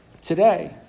today